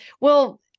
Well-